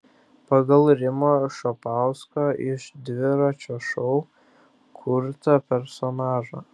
pagal rimo šapausko iš dviračio šou kurtą personažą